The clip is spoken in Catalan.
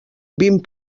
vint